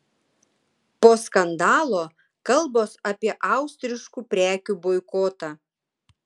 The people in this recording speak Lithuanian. po skandalo kalbos apie austriškų prekių boikotą